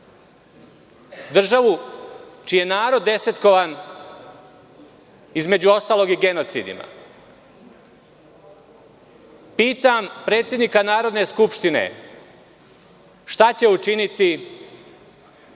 Državu čiji je narod desetkovan, između ostalog i genocidima. Pitam predsednika Narodne skupštine šta će učiniti